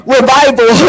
Revival